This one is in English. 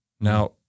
Now